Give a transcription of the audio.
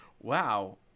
Wow